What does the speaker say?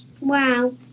Wow